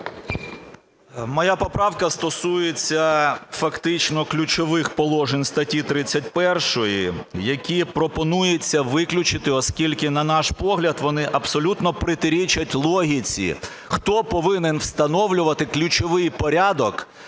Моя поправка стосується фактично ключових положень статті 31, які пропонується виключити, оскільки, на наш погляд, вони абсолютно протирічать логіці, хто повинен встановлювати ключовий порядок